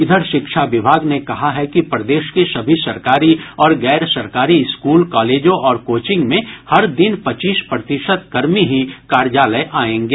इधर शिक्षा विभाग ने कहा है कि प्रदेश के सभी सरकारी और गैर सरकारी स्कूल कॉलेजों और कोचिंग में हर दिन पच्चीस प्रतिशत कर्मी ही कार्यालय आयेंगे